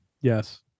Yes